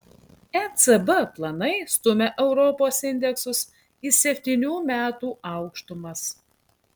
ecb planai stumia europos indeksus į septynių metų aukštumas